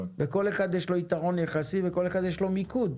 לכל אחד יש יתרון יחסי ולכל אחד יש מיקוד.